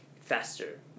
faster